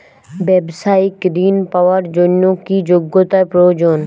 ব্যবসায়িক ঋণ পাওয়ার জন্যে কি যোগ্যতা প্রয়োজন?